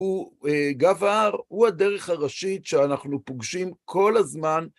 הוא גבער, הוא הדרך הראשית שאנחנו פוגשים כל הזמן.